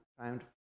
found